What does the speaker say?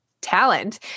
talent